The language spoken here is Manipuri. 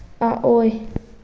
ꯑꯑꯣꯏ